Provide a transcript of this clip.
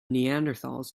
neanderthals